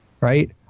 Right